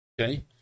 Okay